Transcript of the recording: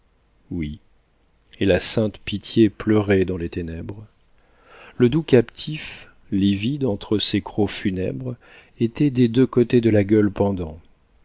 oui et la sainte pitié pleurait dans les ténèbres le doux captif livide entre ces crocs funèbres était des deux côtés de la gueule pendant